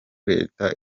leta